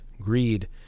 greed